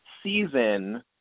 season